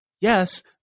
Yes